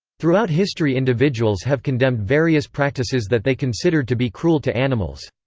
throughout history individuals have condemned various practices that they considered to be cruel to animals.